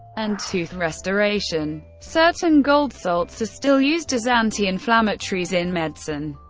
and tooth restoration. certain gold salts are still used as anti-inflammatories in medicine.